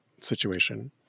situation